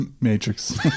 Matrix